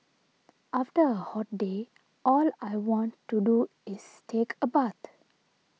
after a hot day all I want to do is take a bath